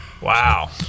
Wow